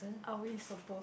are we supposed